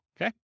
okay